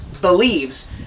believes